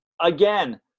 again